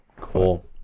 cool